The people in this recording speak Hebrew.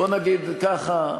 בוא נגיד ככה,